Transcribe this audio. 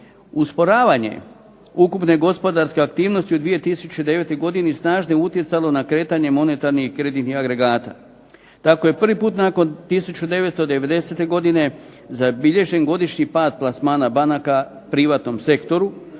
Usporavanje ukupne gospodarske aktivnosti u 2009. godini snažno je utjecalo na kretanje monetarnih i kreditnih agregata. Tako je prvi puta nakon 1990. godine zabilježen godišnji pad plasmana banaka privatnom sektoru,